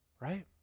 Right